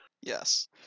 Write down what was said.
Yes